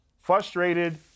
frustrated